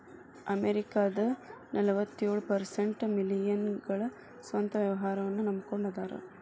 ಅಮೆರಿಕದ ನಲವತ್ಯೊಳ ಪರ್ಸೆಂಟ್ ಮಿಲೇನಿಯಲ್ಗಳ ಸ್ವಂತ ವ್ಯವಹಾರನ್ನ ನಂಬಕೊಂಡ ಅದಾರ